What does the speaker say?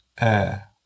air